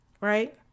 right